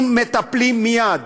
אם מטפלים מייד